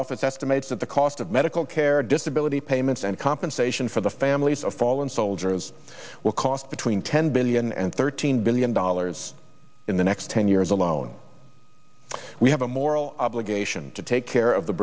office estimates that the cost of medical care disability payments and compensation for the families of fallen soldiers will cost between ten billion and thirteen billion dollars in the next ten years alone we have a moral obligation to take care of the